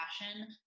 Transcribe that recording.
passion